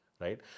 right